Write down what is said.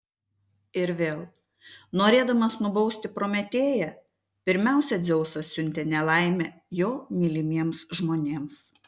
ir vėl norėdamas nubausti prometėją pirmiausia dzeusas siuntė nelaimę jo mylimiems žmonėms